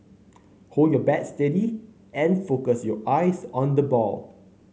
hold your bat steady and focus your eyes on the ball